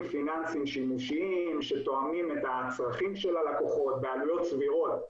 פיננסיים שימושיים שתואמים את הצרכים של הלקוחות בעלויות סבירות,